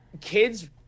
kids